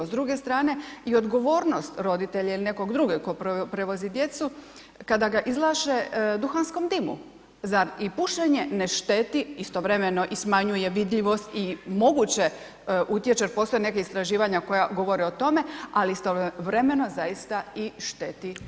S druge strane i odgovornost roditelja ili nekog drugog tko prevozi djecu, kada ga izlaže duhanskom dimu za, i pušenje ne šteti istovremeno i smanjuje vidljivost i moguće utječe, postoje neka istraživanja koja govore o tome, ali istovremeno zaista i šteti